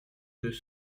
deux